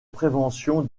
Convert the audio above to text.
prévention